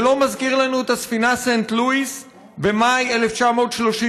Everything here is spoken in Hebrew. זה לא מזכיר לנו את הספינה סנט לואיס במאי 1939,